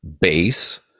base